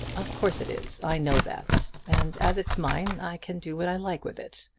of course it is. i know that. and as it's mine i can do what i like with it.